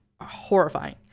horrifying